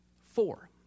four